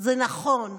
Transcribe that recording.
זה נכון,